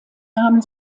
nahmen